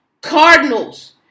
Cardinals